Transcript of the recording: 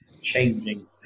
changing